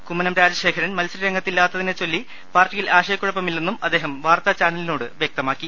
കുമ്മനം രാജശേഖരൻ മത്സര രംഗത്ത് ഇല്ലാത്തതിനെ ചൊല്ലി പാർട്ടിയിൽ ആശയക്കുഴ പ്പമില്ലെന്നും അദ്ദേഹം വാർത്താ ചാനലിനോട് വ്യക്തമാക്കി